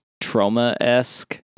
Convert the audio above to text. trauma-esque